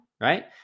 right